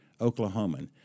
Oklahoman